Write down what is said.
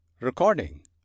Recording